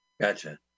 Gotcha